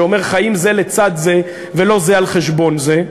שאומר: חיים זה לצד זה ולא זה על חשבון זה,